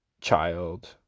child